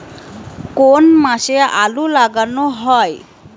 কোন মাসে আলু লাগানো হয়?